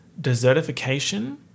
desertification